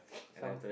some